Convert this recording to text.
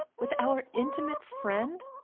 with our intimate friend?